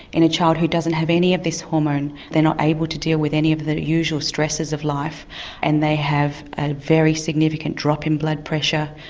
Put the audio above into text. in a child who doesn't have any of this hormone they are not able to deal with any of the usual stresses of life and they have a very significant drop in blood pressure,